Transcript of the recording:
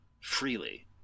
freely